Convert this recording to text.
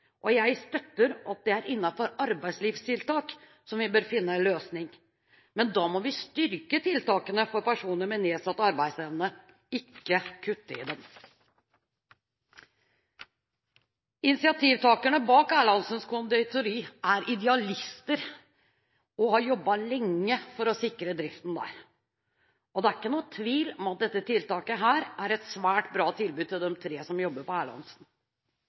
Jeg støtter at det er innenfor arbeidslivstiltak vi bør finne løsninger, men da bør vi styrke tiltakene for personer med nedsatt arbeidsevne – ikke kutte i dem. Initiativtakerne bak Erlandsens Conditori er idealister og har jobbet lenge for å sikre driften der. Det er ikke tvil om at dette tiltaket er et svært bra tilbud til de tre som jobber på Erlandsen.